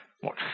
What